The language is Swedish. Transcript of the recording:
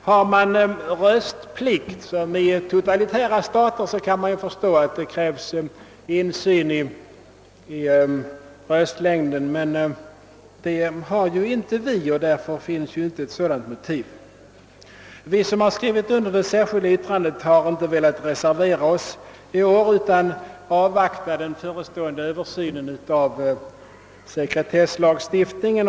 Har medborgarna röstplikt, som i totalitära stater, kan man förstå att det krävs insyn i röstlängden, men det har ju inte vi, och därför finns inte det motivet. Vi som har undertecknat det särskilda yttrandet har inte i år velat reservera oss, utan avvaktar den förestående översynen av sekretesslagstiftningen.